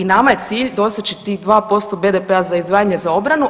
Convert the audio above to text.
I nama je cilj doseći tih 2% BDP-a za izdvajanje za obranu.